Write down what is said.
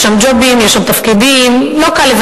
יש שם ג'ובים, יש שם תפקידים, לא